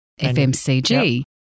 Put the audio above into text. FMCG